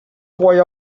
boy